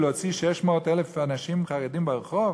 להוציא 600,000 אנשים חרדים לרחוב?